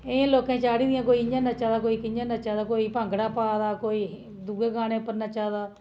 एह् लोकें चाढ़ी दियां न कोई कि'यां नच्चा दा कोई कि'यां नच्चा दा कोई भांगड़ा पा दा कोई दूए गाने पर नच्चा दा